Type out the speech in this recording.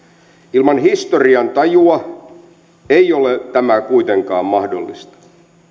ilman historian tajua tämä ei ole kuitenkaan mahdollista